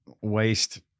waste